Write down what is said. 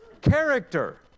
character